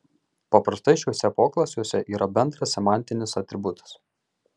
paprastai šiuose poklasiuose yra bendras semantinis atributas